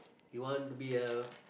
you want to be a